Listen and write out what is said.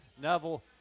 Neville